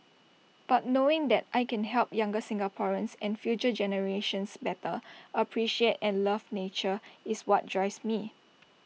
but knowing that I can help younger Singaporeans and future generations better appreciate and love nature is what drives me